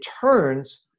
turns